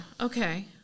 okay